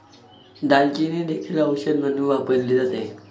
दालचिनी देखील औषध म्हणून वापरली जाते